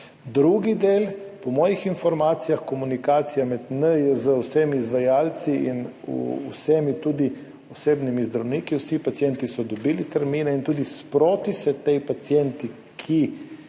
Drugi del, po mojih informacijah, komunikacija med NIJZ, vsemi izvajalci in vsemi, tudi osebnimi zdravniki, vsi pacienti so dobili termine in tudi sproti ti pacienti, ki